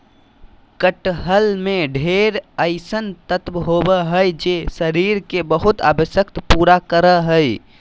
कटहल में ढेर अइसन तत्व होबा हइ जे शरीर के बहुत आवश्यकता पूरा करा हइ